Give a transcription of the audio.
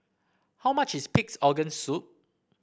how much is Pig's Organ Soup